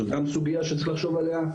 זו גם סוגיה שצריך לחשוב עליה.